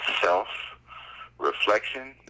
self-reflection